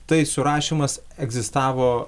tai surašymas egzistavo